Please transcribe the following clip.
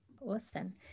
awesome